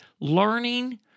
learning